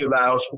allows